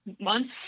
months